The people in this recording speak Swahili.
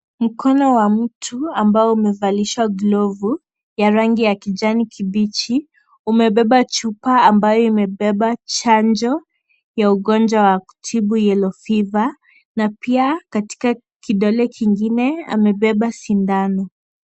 Mkono wa mtu ambao umevalisha glove ya rangi ya kijani kibichi. Umebeba chupa ambayo imebeba chanjo ya ugonjwa wa kutibu yellow fever ,na pia katika kidole kingine amebeba sindano.